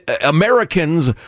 Americans